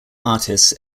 artists